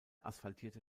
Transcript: asphaltierte